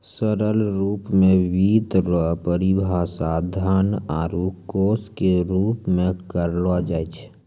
सरल रूप मे वित्त रो परिभाषा धन आरू कोश के रूप मे करलो जाय छै